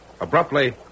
Abruptly